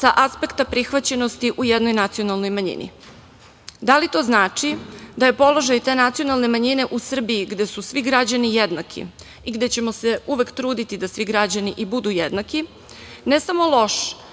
sa aspekta prihvaćenosti u jednoj nacionalnoj manjini. Da li to znači da je položaj te nacionalne manjine u Srbiji gde su svi građani jednaki i gde ćemo se uvek truditi da svi građani i budu jednaki, ne samo loš